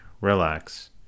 relax